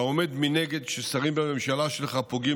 אתה עומד מנגד כששרים בממשלה שלך פוגעים